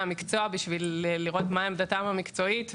המקצוע בשביל לשמוע מה עמדתם המקצועית,